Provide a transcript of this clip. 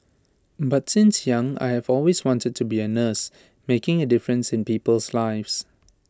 but since young I have always wanted to be A nurse making A difference in people's lives